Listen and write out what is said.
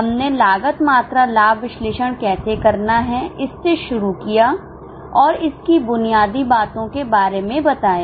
हमने लागत मात्रा लाभ विश्लेषण कैसे करना है इस से शुरू किया और इसकी बुनियादी बातों के बारे में बताया